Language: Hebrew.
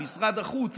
משרד החוץ,